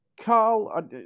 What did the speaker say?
Carl